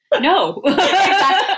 No